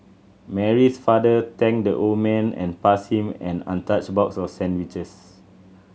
Mary's father thanked the old man and passed him an untouched box of sandwiches